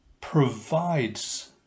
provides